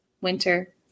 winter